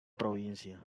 provincia